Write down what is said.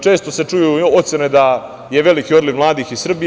Često se čuju ocene da je veliki odliv mladih iz Srbije.